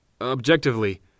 Objectively